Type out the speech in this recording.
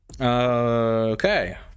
Okay